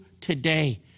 today